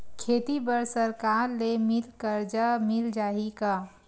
खेती बर सरकार ले मिल कर्जा मिल जाहि का?